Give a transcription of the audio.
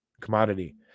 commodity